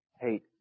hate